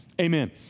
amen